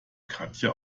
katja